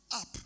up